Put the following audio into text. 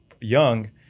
young